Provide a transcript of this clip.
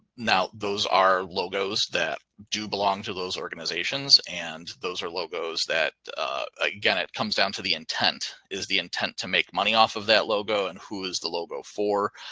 now those are logos that do belong to those organizations. and those are logos. again, it comes down to the intent. is the intent to make money off of that logo and who is the logo for.